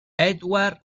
edward